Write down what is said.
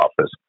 office